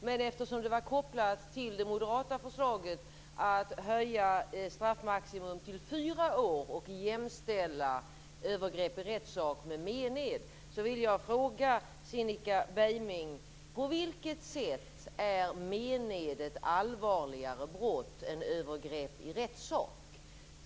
Men eftersom det var kopplat till det moderata förslaget, att höja straffmaximum till fyra år och att jämställa övergrepp i rättssak med mened, vill jag fråga Cinnika Beiming: På vilket sätt är mened ett allvarligare brott än övergrepp i rättssak?